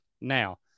Now